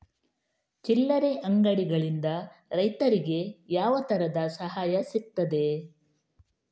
ಚಿಲ್ಲರೆ ಅಂಗಡಿಗಳಿಂದ ರೈತರಿಗೆ ಯಾವ ತರದ ಸಹಾಯ ಸಿಗ್ತದೆ?